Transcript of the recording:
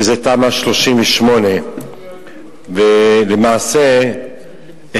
שזה תמ"א 38. למעשה,